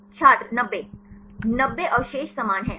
छात्र 90 90 अवशेष समान हैं